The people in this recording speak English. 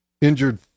injured